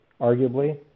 arguably